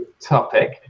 topic